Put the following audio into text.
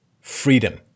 freedom